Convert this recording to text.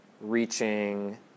reaching